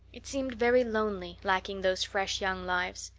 it seemed very lonely, lacking those fresh young lives.